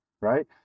right